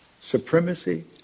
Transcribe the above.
Supremacy